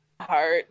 heart